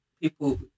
people